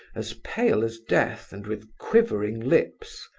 as pale as death, and with quivering lips.